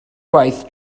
gwaith